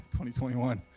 2021